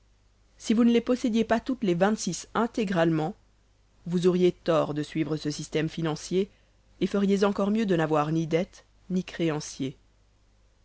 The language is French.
si vous ne les possédiez pas toutes les vingt-six intégralement vous auriez tort de suivre ce système financier et feriez encore mieux de n'avoir ni dettes ni créanciers